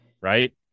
right